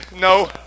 no